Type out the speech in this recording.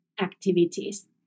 activities